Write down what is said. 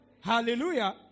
Hallelujah